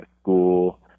school